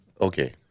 Okay